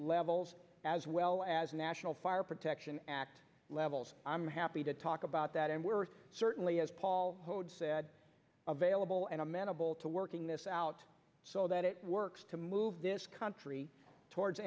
levels as well as national fire protection act levels i'm happy to talk about that and we're certainly as paul said available and amenable to working this out so that it works to move this country towards